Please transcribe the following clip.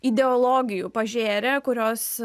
ideologijų pažėrė kurios